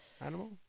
animal